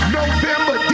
november